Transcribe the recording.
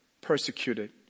persecuted